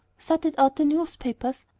sorted out the newspapers,